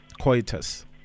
coitus